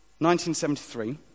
1973